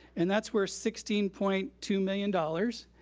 and that's worth sixteen point two million dollars.